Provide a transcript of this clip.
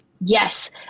Yes